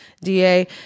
DA